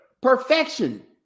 perfection